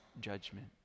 judgment